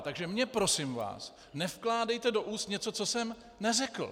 Takže mně prosím vás nevkládejte do úst něco, co jsem neřekl.